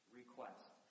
request